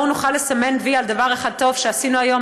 נוכל לסמן "וי" על דבר אחד טוב שעשינו היום,